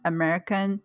American